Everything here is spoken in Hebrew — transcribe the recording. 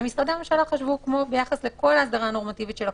ומשרדי הממשלה חשבו כמו ביחס לכל ההגדרה הנורמטיבית של הקורונה,